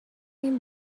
این